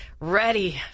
Ready